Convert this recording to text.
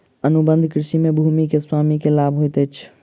अनुबंध कृषि में भूमि के स्वामी के लाभ होइत अछि